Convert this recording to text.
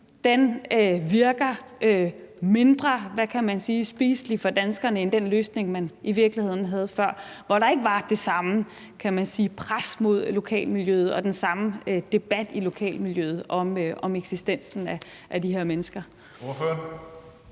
virker mindre spiselig for danskerne end den løsning, der i virkeligheden var før, hvor der ikke var det samme pres på lokalmiljøet og den samme debat i lokalmiljøet om eksistensen af de her mennesker? Kl.